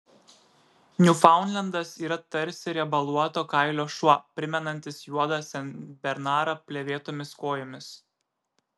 niūfaundlendas yra tarsi riebaluoto kailio šuo primenantis juodą senbernarą plėvėtomis kojomis